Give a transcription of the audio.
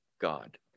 God